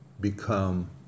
become